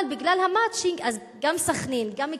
אבל בגלל ה"מצ'ינג" גם סח'נין, גם אכסאל,